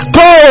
go